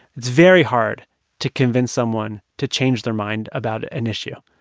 it's very hard to convince someone to change their mind about an issue.